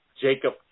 Jacob